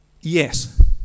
Yes